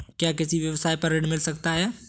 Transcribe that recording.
क्या किसी व्यवसाय पर ऋण मिल सकता है?